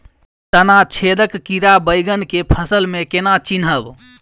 तना छेदक कीड़ा बैंगन केँ फसल म केना चिनहब?